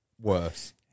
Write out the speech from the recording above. worse